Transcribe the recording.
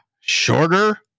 shorter